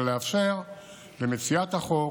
ולאפשר למציעת החוק